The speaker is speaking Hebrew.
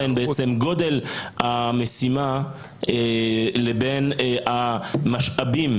בין בעצם גודל המשימה לבין המשאבים